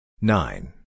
nine